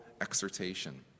exhortation